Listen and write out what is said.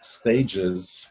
stages